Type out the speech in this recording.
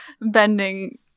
bending